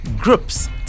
groups